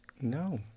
No